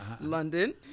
London